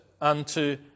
unto